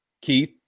Keith